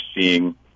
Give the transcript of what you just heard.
seeing